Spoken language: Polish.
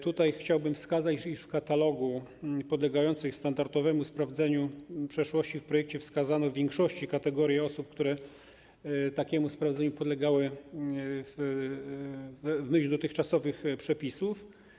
Tutaj chciałbym wskazać, iż w katalogu osób podlegających standardowemu sprawdzeniu przeszłości w projekcie wskazano w większości kategorie osób, które takiemu sprawdzeniu podlegały w myśl dotychczasowych przepisów.